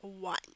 one